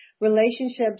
relationships